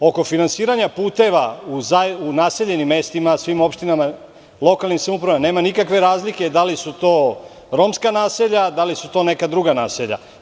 Što se tiče finansiranja puteva u naseljenim mestima, svim opštinama i lokalnim samoupravama, nema nikakve razlike da li su to romska naselja ili neka druga naselja.